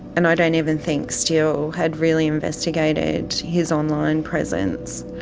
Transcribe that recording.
and i don't even think still had really investigated his online presence.